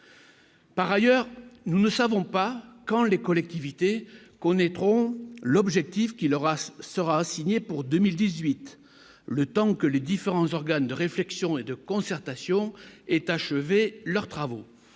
par ailleurs, nous ne savons pas quand les collectivités connaîtront l'objectif qu'il aura sera signé pour 2018, le temps que les différents organes de réflexion et de concertation est achevé leurs travaux